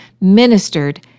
ministered